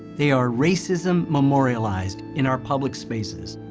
they are racism memorialized in our public spaces.